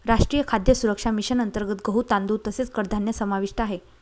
राष्ट्रीय खाद्य सुरक्षा मिशन अंतर्गत गहू, तांदूळ तसेच कडधान्य समाविष्ट आहे